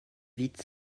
vite